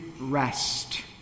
rest